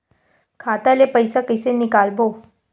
खाता ले पईसा कइसे निकालबो?